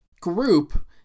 group